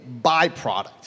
byproduct